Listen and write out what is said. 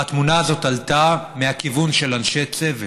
והתמונה הזאת עלתה מהכיוון של אנשי צוות,